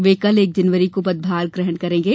वे कल एक जनवरी को पदभार ग्रहण करेंगे